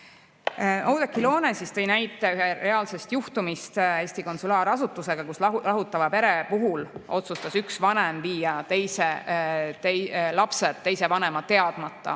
Oudekki Loone tõi näite reaalsest juhtumist Eesti konsulaarasutusega, kus lahutava pere puhul otsustas üks vanem viia lapsed teise vanema teadmata